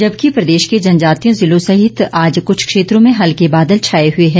जबकि प्रदेश के जनजातीय जिलों सहित कुछ क्षेत्रों में हल्के बादल छाए हुए है